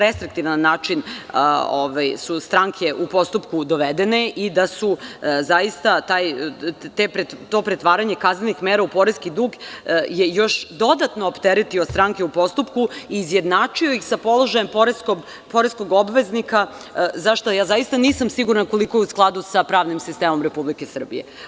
Restriktivno su stranke u postupku dovedene i da su zaista to pretvaranje kaznenih mera u poreski dug je još dodatno opteretio stranke u postupku i izjednačio ih sa položaje poreskog obveznika zašta ja zaista nisam sigurna koliko je u skladu sa pravnim sistemom Republike Srbije.